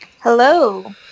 Hello